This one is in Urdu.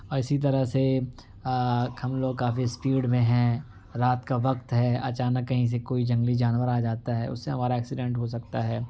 اسی طرح سے ہم لوگ کافی اسپیڈ میں ہیں رات کا وقت ہے اچانک کہیں سے کوئی جنگلی جانور آ جاتا ہے اس سے ہمارا ایکسیڈینٹ ہو سکتا ہے